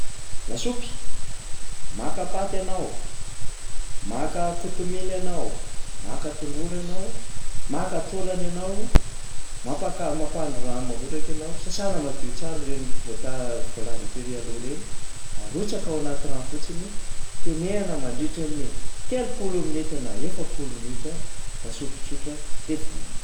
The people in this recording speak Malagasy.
Lasopy, maka paty ianao, maka kotomila ianao, maka tongolo ianao, maka taolana ianao, mampaka- mampahandro rano mangotraka ianao, sasana madio tsara ireny voata- voalaza tery aloha reny. Arotsaka ao anaty rano fotsiny, tenehana mandritra ny telopolo minitra na efapolo minitra, lasopy tsotra de vonona.